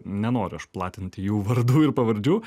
nenoriu aš platinti jų vardų ir pavardžių